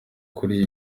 kuri